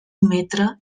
metre